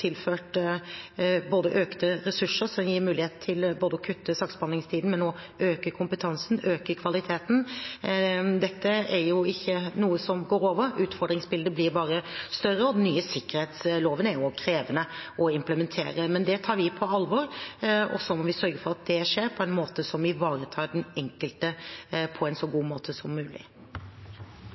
tilført økte ressurser, som gir mulighet til både å kutte saksbehandlingstiden, øke kompetansen og øke kvaliteten. Dette er jo ikke noe som går over. Utfordringsbildet blir bare større, og den nye sikkerhetsloven er også krevende å implementere. Men det tar vi på alvor, og så må vi sørge for at det skjer på en måte som ivaretar den enkelte på en så god måte som mulig.